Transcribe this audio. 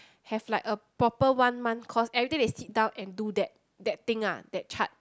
have like a proper one month cause everyday they sit down and do that that thing ah that chart